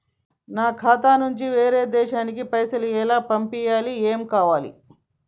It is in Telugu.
ఖాతా నుంచి వేరొక దేశానికి పైసలు ఎలా పంపియ్యాలి? ఏమేం కావాలి?